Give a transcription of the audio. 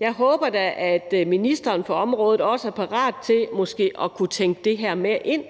jeg håber da, at ministeren for området også er parat til måske at kunne tænke det her med ind.